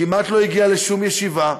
כמעט לא הגיע לשום ישיבה,